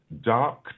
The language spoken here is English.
dark